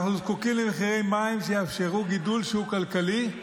אנחנו זקוקים למחירי מים שיאפשרו גידול שהוא כלכלי.